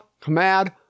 Command